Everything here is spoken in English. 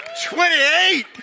28